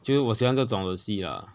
就我喜欢这种的戏 lah